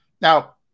Now